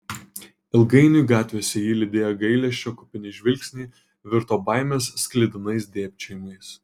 ilgainiui gatvėse jį lydėję gailesčio kupini žvilgsniai virto baimės sklidinais dėbčiojimais